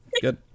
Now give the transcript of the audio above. Good